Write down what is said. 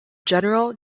general